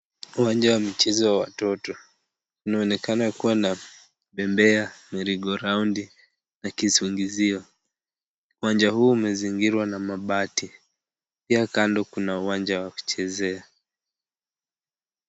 Uwanja wa mchezo wa watoto, unaonekana kuwa na bembea, merigoraundi na kisungizio. Uwanja huu umezingirwa na mabati, pia kando kuna uwanja wa kuchezea.